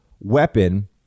weapon